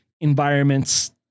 environments